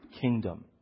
kingdom